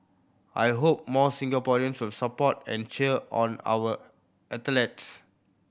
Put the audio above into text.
I hope more Singaporeans will support and cheer on our athletes